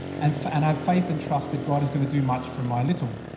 and and i have faith and trust that god is going to do much from my little.